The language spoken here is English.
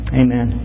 amen